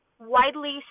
widely